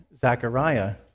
Zachariah